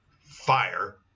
fire